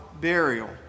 burial